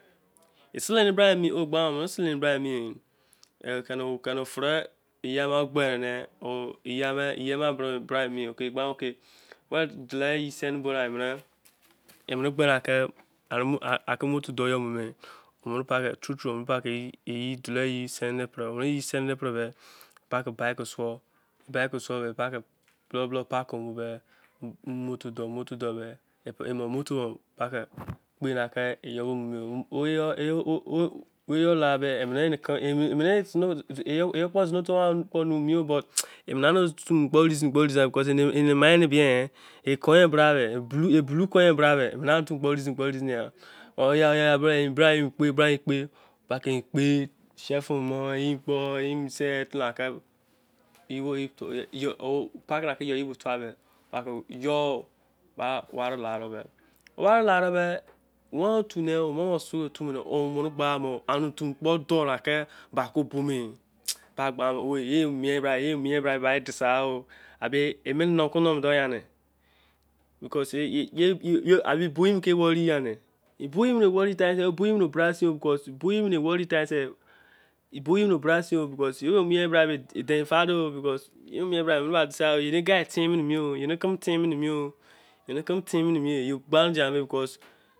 Sele eni bra eme mi o wei gba- de omene sele bra mo mwenye kene feri onu gbe ni. ye onu bra me mieye pa- ke bitu suo. mu- moto doo. mite doo be pa- ke yoi lade zini otu kpo yoi bee e numu were mi kpo renson kpo reason ya. bulon ku bra me kpo reason ya. pa- ke kpe, yoi ware la- de- be- wa- otu- me gbakobo me. yei mie bra badiseigha, abe. men mumo ko doyamune. boye ke wori time sei eni ere femi me oh.